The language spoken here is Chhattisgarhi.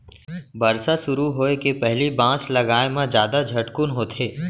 बरसा सुरू होए के पहिली बांस लगाए म जादा झटकुन होथे